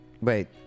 Wait